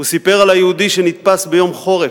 הוא סיפר על היהודי שנתפס ביום חורף,